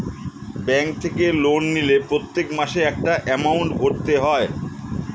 bank থেকে loan নিলে সেটা প্রত্যেক মাসে একটা এমাউন্ট ভরতে হয়